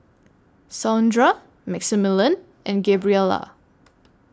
Saundra Maximillian and Gabriela